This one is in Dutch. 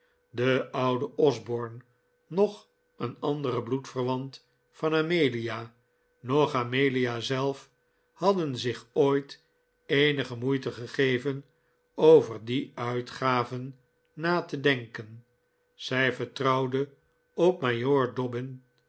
de oude osborne noch een andere bloedverwant van amelia noch amelia zelf hadden zich ooit eenige tnoeite gegeven over die uitgaven na te denken zij vertrouwde op majoor dobbin